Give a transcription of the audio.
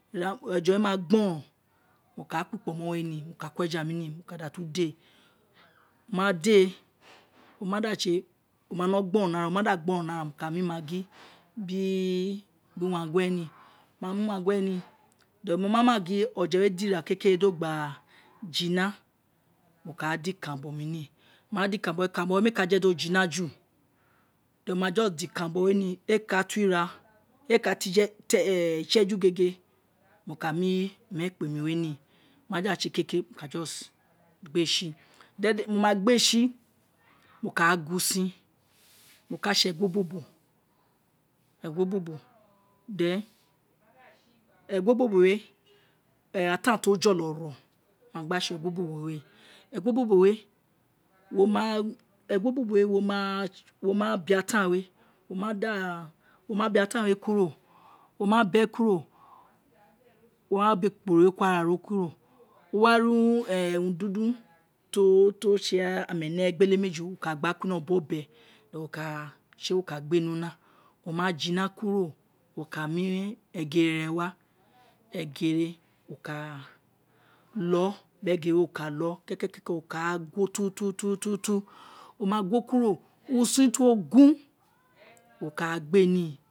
Oje we ma gboron mo ka ko kpomo we nii, mo ka ka eja mi ni mo ka datu dee mo ma dee oma da se, oma gboron ni ara mo ka mu maggi biri uvangue nii mo ma mu uwangue nii, ewnuo ma ma giri oje we diahake kere do gba jina mo kaa da iken ranbo muni ikun ranbo we mee ka jedi o jiha ju, mo ma just da iken ranbo we ni ee ka to ira, ee kato useju gege mo ka mu imekpe mi mu ni, oma da se keke re mo ka just gbe si then mo wa gbe si mo ka a gun usin, mo ka se egun obobo bhen egun obobo we egun obobo we wo ma egun obobo we wo ma be ataan we, wo ma da be ataan ee kuro, wo ma o ma gbe ekpikpo we kuri araro kuro, wo wari urun dundun ti o se eme ni egbe lemeji ro, wo ka gba kuro ino ti wo be, theny wo ka se wo gbe e ni una o ma jina kuro wo ka mu egere, wo ka lo biri egere, wo kalo kekeke wo ka gwo o ma guo kuro urun ti wo gun wo ka gbe ni.